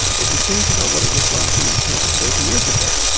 if you think about what it was like, you know, twenty, thirty years ago,